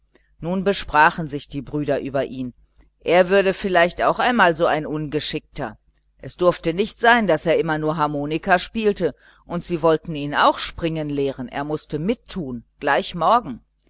nun besprachen sich die brüder über ihn er würde vielleicht auch einmal so ein ungeschickter welche schande wenn ein pfäffling so schlecht auf dem turnplatz bestünde es durfte nicht sein daß er immer nur harmonika spielte sie wollten ihn auch springen lehren er mußte mittun gleich morgen